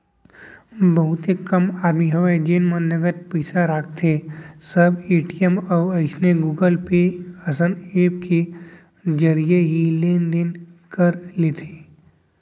बहुते कम आदमी हवय जेन मन नगद पइसा राखथें सब ए.टी.एम अउ अइसने गुगल पे असन ऐप के जरिए ही लेन देन कर लेथे